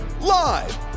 live